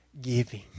giving